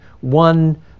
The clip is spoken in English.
one